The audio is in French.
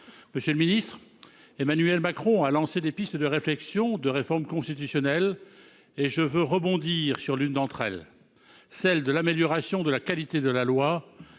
son impuissance. Emmanuel Macron a lancé des pistes de réflexion sur les réformes constitutionnelles. Je veux rebondir sur l'une d'entre elles : l'amélioration de la qualité de la loi.